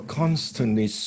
constantly